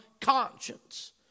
conscience